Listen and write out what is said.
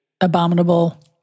abominable